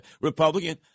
Republican